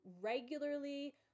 regularly